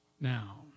now